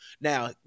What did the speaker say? now